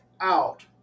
out